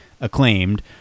acclaimed